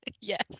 Yes